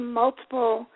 multiple